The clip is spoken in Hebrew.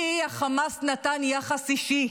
לי חמאס נתן יחס אישי,